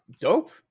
Dope